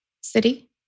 City